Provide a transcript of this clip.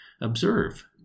Observe